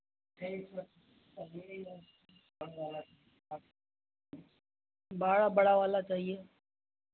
बड़ा बड़ा वाला चाहिए